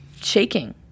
shaking